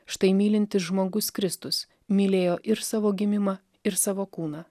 štai mylintis žmogus kristus mylėjo ir savo gimimą ir savo kūną